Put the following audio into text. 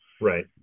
Right